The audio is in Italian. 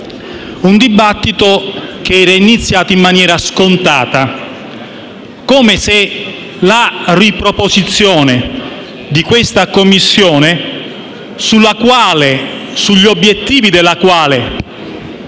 Un dibattito che era iniziato in maniera scontata, come se la riproposizione della Commissione - sugli obiettivi fondanti della quale